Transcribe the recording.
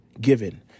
given